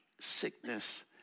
sickness